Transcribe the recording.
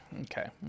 Okay